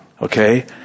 okay